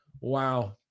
Wow